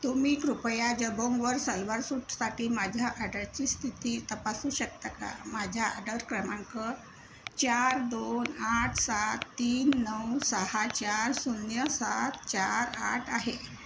तुम्ही कृपया जबोंगवर सलवार सूटसाठी माझ्या आडरची स्थिती तपासू शकता का माझ्या आडर क्रमांक चार दोन आठ सात तीन नऊ सहा चार शून्य सात चार आठ आहे